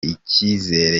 icyizere